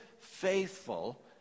faithful